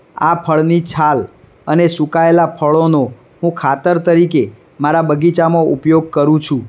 આ ફળની છાલ અને સુકાયેલા ફળોનો હું ખાતર તરીકે મારા બગીચામાં ઉપયોગ કરું છું